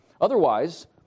Otherwise